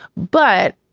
but.